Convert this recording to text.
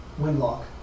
Windlock